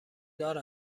دار